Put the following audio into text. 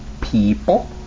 People